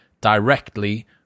directly